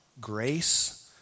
grace